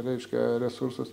raiška resursus